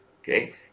Okay